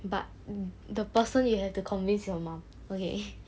but the person you have to convince is your mom okay